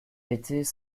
était